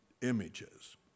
images